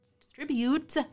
distribute